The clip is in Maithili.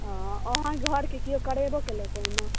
ओ अहाँके घरके केओ करेबो केलक ओहिमे